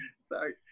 Sorry